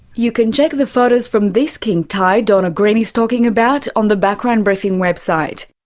you can check the photos from this king tide donna green is talking about on the background briefing website.